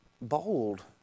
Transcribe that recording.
bold